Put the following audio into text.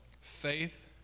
faith